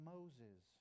Moses